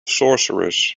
sorcerers